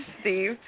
Steve